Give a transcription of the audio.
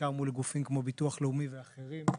בעיקר מול גופים כמו ביטוח לאומי ואחרים,